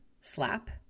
slap